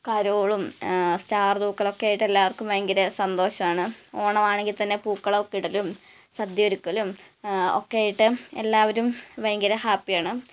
കരോളും star തൂക്കലൊക്കെയായിട്ട് എല്ലാവര്ക്കും ഭയങ്കര സന്തോഷമാണ് ഓണമാണെങ്കിൽ തന്നെ പൂക്കളൊക്കെ ഇടലും സദ്യ ഒരുക്കലും ഒക്കെയായിട്ട് എല്ലാവരും ഭയങ്കര ഹാപ്പിയാണ്